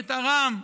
את ארם,